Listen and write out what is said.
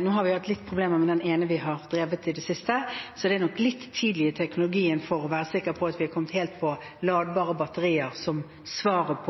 Nå har vi hatt litt problemer med den ene vi har drevet i det siste, så det er nok litt for ung teknologi til å være sikker på at vi har kommet til at ladbare batterier er svaret